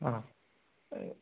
ആ